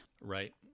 right